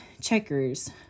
checkers